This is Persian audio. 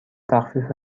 تخفیف